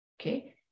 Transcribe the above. okay